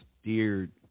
steered